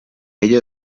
ella